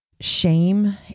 shame